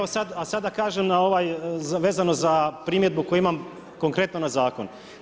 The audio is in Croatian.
A sada da kažem vezano za primjedbu koju imam konkretno na zakon.